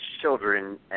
children